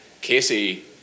Casey